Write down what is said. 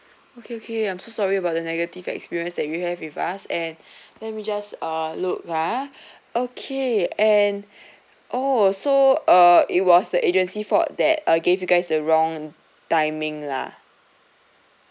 okay okay I'm so sorry about the negative experience that you have with us and let me just uh look ah okay and oh so uh it was the agency fault that uh gave you guys the wrong timing lah